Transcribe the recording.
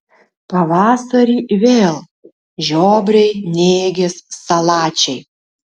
pavasarį vėl žiobriai nėgės salačiai